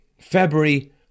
February